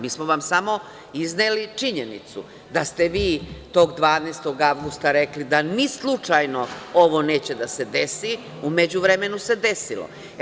Mi smo samo izneli činjenicu da ste vi tog 12. avgusta rekli da ni slučajno ovo neće da se desi, a u međuvremenu se desilo.